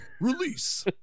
release